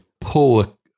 pull